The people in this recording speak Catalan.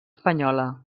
espanyola